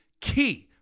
key